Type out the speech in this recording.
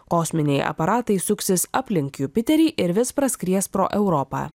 kosminiai aparatai suksis aplink jupiterį ir vis praskries pro europą